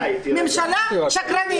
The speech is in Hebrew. ממשלה שקרנית.